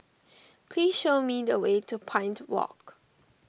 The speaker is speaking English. please show me the way to Pine Walk